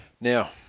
Now